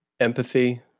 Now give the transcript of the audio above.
Empathy